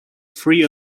free